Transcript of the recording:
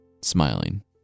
smiling